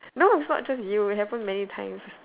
no it's not just you it happened many times